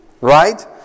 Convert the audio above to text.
right